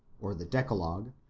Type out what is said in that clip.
or the decalogue,